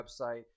website